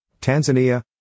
Tanzania